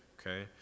Okay